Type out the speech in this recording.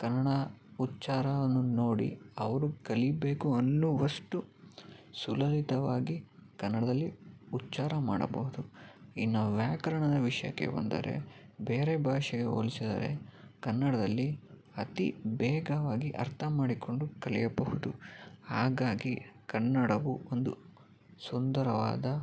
ಕನ್ನಡ ಉಚ್ಚಾರವನ್ನು ನೋಡಿ ಅವರು ಕಲಿಬೇಕು ಅನ್ನುವಷ್ಟು ಸುಲಲಿತವಾಗಿ ಕನ್ನಡದಲ್ಲಿ ಉಚ್ಚಾರ ಮಾಡಬಹುದು ಇನ್ನು ವ್ಯಾಕರಣದ ವಿಷಯಕ್ಕೆ ಬಂದರೆ ಬೇರೆ ಭಾಷೆಗೆ ಹೋಲಿಸಿದರೆ ಕನ್ನಡದಲ್ಲಿ ಅತಿ ಬೇಗವಾಗಿ ಅರ್ಥಮಾಡಿಕೊಂಡು ಕಲಿಯಬಹುದು ಹಾಗಾಗಿ ಕನ್ನಡವು ಒಂದು ಸುಂದರವಾದ